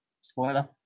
Spoiler